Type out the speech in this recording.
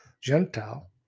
Gentile